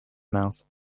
mouth